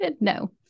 No